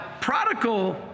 prodigal